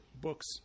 books